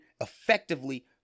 effectively